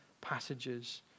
passages